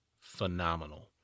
phenomenal